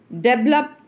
develop